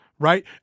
right